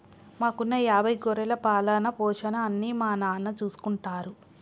మాకున్న యాభై గొర్రెల పాలన, పోషణ అన్నీ మా నాన్న చూసుకుంటారు